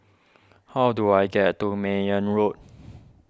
how do I get to Mayne Road